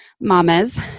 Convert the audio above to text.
mamas